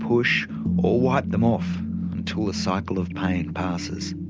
push or wipe them off until the cycle of pain passes.